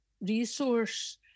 resource